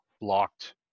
blocked